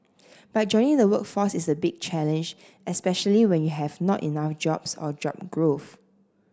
but joining the workforce is a big challenge especially when you have not enough jobs or job growth